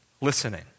listening